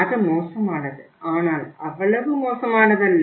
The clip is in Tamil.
அது மோசமானது ஆனால் அவ்வளவு மோசமானது அல்ல